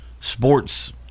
sports